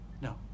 no